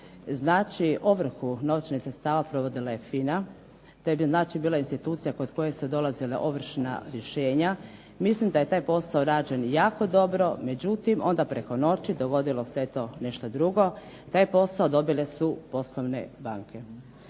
Znači, ovrhu novčanih sredstava provodila FINA. To je bila institucija kod koje su dolazila ovršna rješenja. Mislim da je taj posao rađen jako dobro, međutim onda preko noći dogodilo se eto nešto drugo. Taj posao dobile su poslovne banke